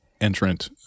entrant